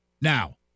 Now